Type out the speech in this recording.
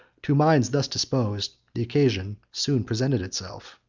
to minds thus disposed, the occasion soon presented itself.